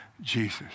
Jesus